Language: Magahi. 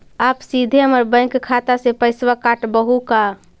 आप सीधे हमर बैंक खाता से पैसवा काटवहु का?